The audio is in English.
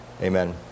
Amen